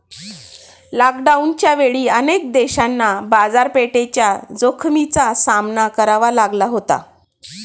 लॉकडाऊनच्या वेळी अनेक देशांना बाजारपेठेच्या जोखमीचा सामना करावा लागला होता